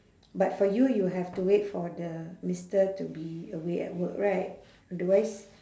but for you you have to wait for the mister to be away at work right otherwise